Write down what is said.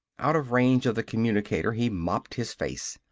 out of range of the communicator, he mopped his face.